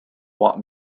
want